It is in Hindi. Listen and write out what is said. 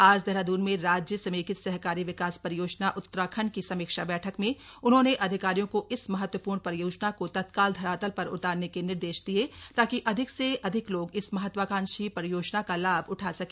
आज देहरादून में राज्य समेकित सहकारी विकास परियोजना उत्तराखंड की समीक्षा बैठक में उन्होंने अधिकारियों को इस महत्वपूर्ण परियोजना को तत्काल धरातल पर उतारने के निर्देश दिये ताकि अधिक से अधिक लोग इस महत्वकांक्षी परियोजना का लाभ उठा सके